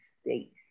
state